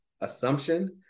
assumption